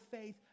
faith